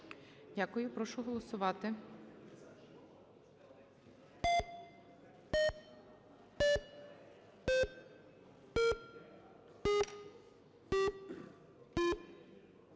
Дякую. Прошу голосувати.